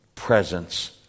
presence